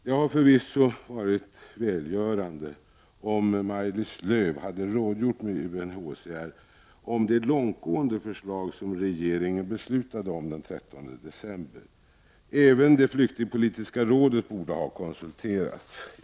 Det hade förvisso varit välgörande om Maj-Lis Lööw hade rådgjort med UNHCR om det långtgående förslag som regeringen beslutade om den 13 december. Även det flyktingpolitiska rådet borde ha konsulterats.